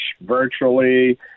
virtually